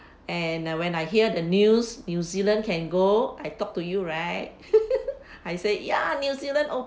and when I hear the news new zealand can go I talk to you right I said ya new zealand